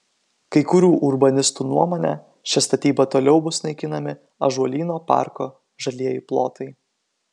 kai kurių urbanistų nuomone šia statyba toliau bus naikinami ąžuolyno parko žalieji plotai